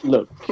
Look